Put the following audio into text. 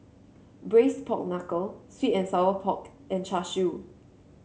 Braised Pork Knuckle sweet and Sour Pork and Char Siu